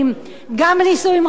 גם נישואים רפורמיים,